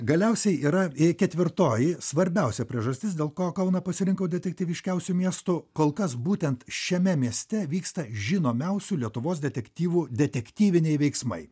galiausiai yra ketvirtoji svarbiausia priežastis dėl ko kauną pasirinkau detektyviškiausiu miestu kol kas būtent šiame mieste vyksta žinomiausių lietuvos detektyvų detektyviniai veiksmai